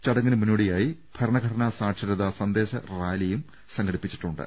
ചടങ്ങിന് മുന്നോടിയായി ഭരണഘടനാ സാക്ഷരതാ സന്ദേശ റാലിയും സംഘടിപ്പിച്ചിട്ടുണ്ട്